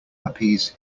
appease